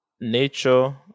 nature